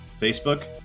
facebook